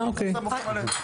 אה, אוקיי.